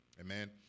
Amen